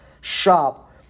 shop